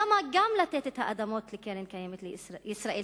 למה גם לתת את האדמות לקרן הקיימת לישראל,